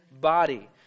body